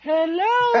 Hello